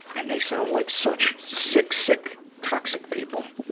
and they sound like such sick, sick, toxic people.